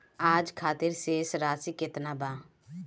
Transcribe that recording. आज खातिर शेष राशि केतना बा?